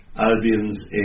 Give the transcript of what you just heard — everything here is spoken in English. Albion's